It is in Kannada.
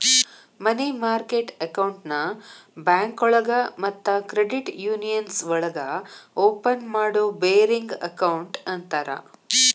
ಮನಿ ಮಾರ್ಕೆಟ್ ಅಕೌಂಟ್ನ ಬ್ಯಾಂಕೋಳಗ ಮತ್ತ ಕ್ರೆಡಿಟ್ ಯೂನಿಯನ್ಸ್ ಒಳಗ ಓಪನ್ ಮಾಡೋ ಬೇರಿಂಗ್ ಅಕೌಂಟ್ ಅಂತರ